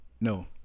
no